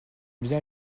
bien